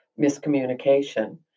miscommunication